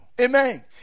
amen